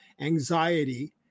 anxiety